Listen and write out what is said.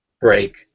break